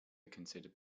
considered